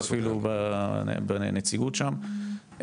בנציגות שם,